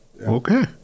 Okay